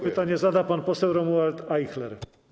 Pytanie zada pan poseł Romuald Ajchler.